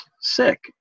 sick